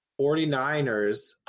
49ers